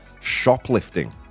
shoplifting